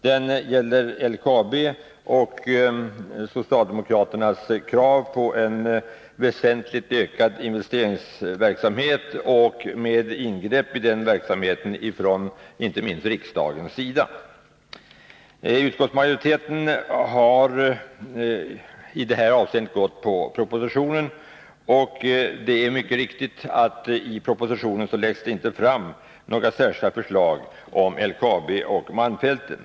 Den gäller LKAB och socialdemokraternas krav på en väsentligt ökad investeringsverksamhet — och ingrepp i den verksamheten från inte minst riksdagens sida. Utskottsmajoriteten har i detta avseende biträtt propositionen. Det är riktigt att det i propositionen inte läggs fram några särskilda förslag om LKAB och malmfälten.